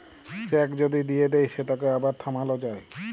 cheque যদি দিঁয়ে দেই সেটকে আবার থামাল যায়